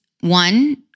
One